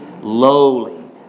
lowly